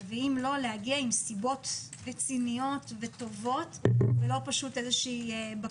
ואם לא, להגיע עם סיבות רציניות וטובות ולא בקשה,